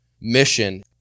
mission